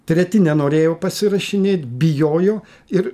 treti nenorėjo pasirašinėt bijojo ir